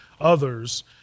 others